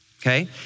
okay